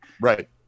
Right